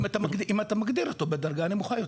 אם אתה מגדיר אותו בדרגה הנמוכה יותר.